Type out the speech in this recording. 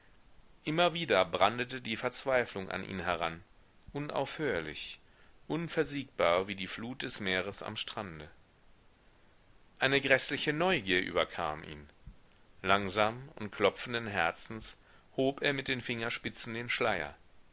immer wieder brandete die verzweiflung an ihn heran unaufhörlich unversiegbar wie die flut des meeres am strande eine gräßliche neugier überkam ihn langsam und klopfenden herzens hob er mit den fingerspitzen den schleier